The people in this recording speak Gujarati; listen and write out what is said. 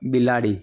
બિલાડી